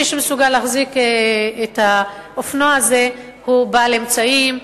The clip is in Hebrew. מי שמסוגל להחזיק את האופנוע הזה הוא בעל אמצעים,